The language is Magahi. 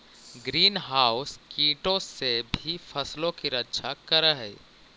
ग्रीन हाउस कीटों से भी फसलों की रक्षा करअ हई